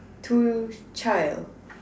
two child